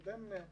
עוד אין החלטה